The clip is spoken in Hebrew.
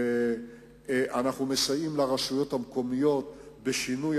אנחנו מסייעים לרשויות המקומיות בשינוי